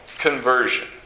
conversion